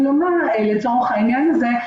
לצורך העניין הזה,